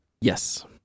Yes